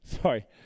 sorry